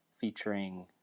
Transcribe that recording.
featuring